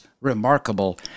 remarkable